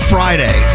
Friday